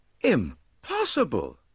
Impossible